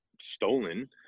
stolen